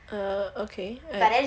err okay and